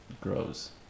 grows